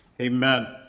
Amen